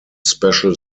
special